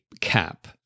cap